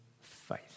faith